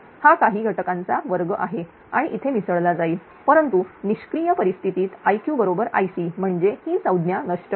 हा काही घटकांचा वर्ग आहे आणि इथे मिसळला जाईल परंतु निष्क्रिय परिस्थितीत Iq बरोबर Ic म्हणजे ही संज्ञा नष्ट होईल